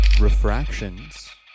refractions